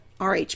RH